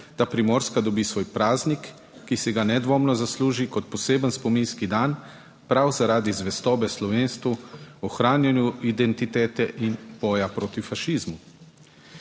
da Primorska dobi svoj praznik, ki si ga nedvomno zasluži kot poseben spominski dan prav, zaradi zvestobe slovenstvu, ohranjanju identitete in boja proti fašizmu.